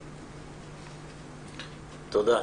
תודה.